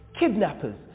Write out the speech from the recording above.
kidnappers